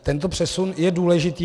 Tento přesun je důležitý.